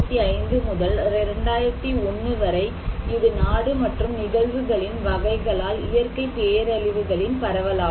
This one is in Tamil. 1975 முதல் 2001 வரை இது நாடு மற்றும் நிகழ்வுகளின் வகைகளால் இயற்கை பேரழிவுகளின் பரவல் ஆகும்